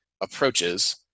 approaches